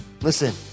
Listen